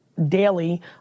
daily